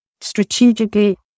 strategically